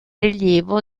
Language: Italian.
rilievo